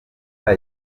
leta